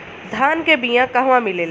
धान के बिया कहवा मिलेला?